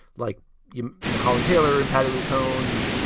like you know holland, taylor and powderly pone,